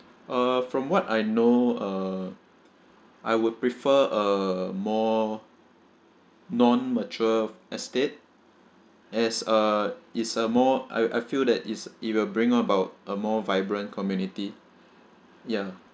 uh from what I know uh I would prefer a more non mature estate as uh it's a more I I feel that it's it will bring about a more vibrant community ya